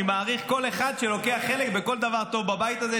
אני מעריך כל אחד שלוקח חלק בכל דבר טוב בבית הזה.